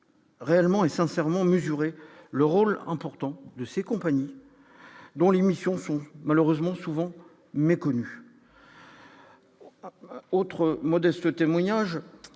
réellement et sincèrement mesurer le rôle important de ces compagnies, dont les missions sont malheureusement souvent méconnu. Autre modeste témoignage